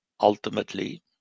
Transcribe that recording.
ultimately